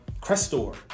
Crestor